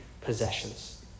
possessions